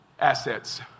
Assets